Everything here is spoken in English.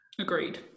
Agreed